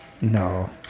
no